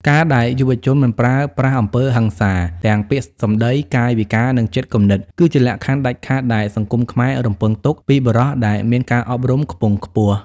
ការដែលយុវជន "មិនប្រើប្រាស់អំពើហិង្សា" ទាំងពាក្យសម្តី កាយវិការ និងចិត្តគំនិត គឺជាលក្ខខណ្ឌដាច់ខាតដែលសង្គមខ្មែររំពឹងទុកពីបុរសដែលមានការអប់រំខ្ពង់ខ្ពស់។